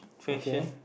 okay